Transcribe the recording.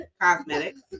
cosmetics